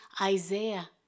Isaiah